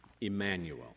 Emmanuel